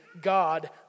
God